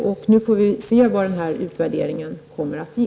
Sedan får vi se vad utvärderingen kommer att ge.